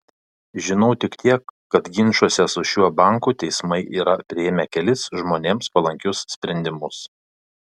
žinau tik tiek kad ginčuose su šiuo banku teismai yra priėmę kelis žmonėms palankius sprendimus